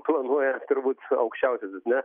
planuoja turbūt aukščiausiasis ne